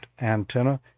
antenna